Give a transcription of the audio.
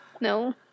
No